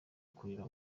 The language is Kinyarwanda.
kurira